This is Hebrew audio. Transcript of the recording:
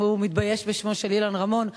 אם הוא מתבייש בשמו של אילן רמון.